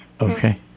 Okay